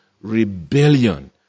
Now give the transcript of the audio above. rebellion